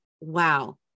Wow